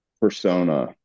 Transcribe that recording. persona